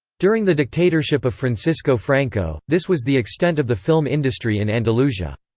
during the dictatorship of francisco franco, this was the extent of the film industry in andalusia.